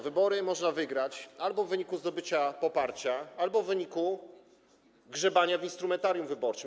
Wybory można wygrać albo w wyniku zdobycia poparcia, albo w wyniku grzebania w instrumentarium wyborczym.